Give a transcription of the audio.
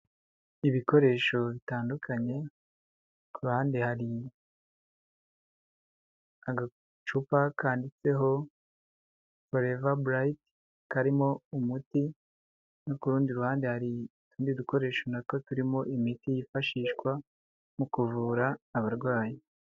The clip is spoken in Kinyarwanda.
Ibikoresho bitandukanye, ku ruhande hari agacupa kanditseho foreva burayiti karimo umuti, no ku rundi ruhande hari utundi dukoresho natwo turimo imiti yifashishwa mu kuvura abarwayi.